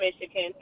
Michigan